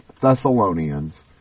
Thessalonians